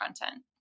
content